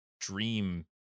dream